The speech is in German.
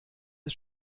ist